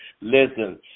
listen